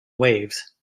waves